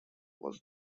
was